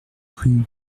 rue